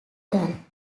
done